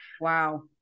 wow